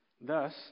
thus